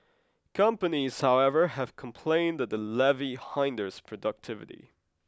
companies however have complained that the levy hinders productivity